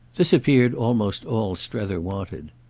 this appeared almost all strether wanted.